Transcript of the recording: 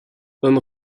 homme